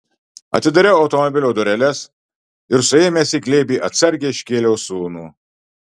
atidariau automobilio dureles ir suėmęs į glėbį atsargiai iškėliau sūnų